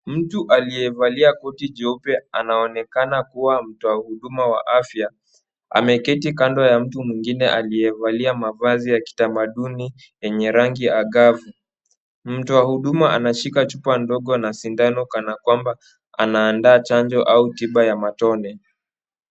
Mtu aliyevalia koti jeupe anaonekana kuwa mtoa huduma wa afya. Ameketi kando ya mtu mwingine aliyevalia mavazi ya kitamaduni yenye rangi angavu. Mtoa huduma anashika chupa ndogo na sindano kana kwamba anaandaa chanjo au tiba ya matone.